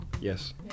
Yes